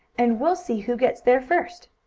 and we'll see who gets there first.